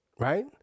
Right